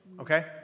okay